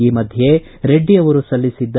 ಈ ಮಧ್ಯೆ ರೆಡ್ಡಿ ಅವರು ಸಲ್ಲಿಸಿದ್ದ